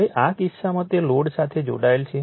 હવે આ કિસ્સામાં તે લોડ સાથે જોડાયેલ છે